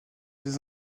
des